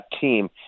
team